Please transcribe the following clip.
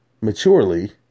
maturely